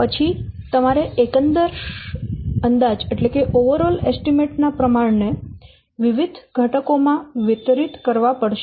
પછી તમારે એકંદર અંદાજ ના પ્રમાણ ને વિવિધ ઘટકો માં વિતરિત કરવા પડશે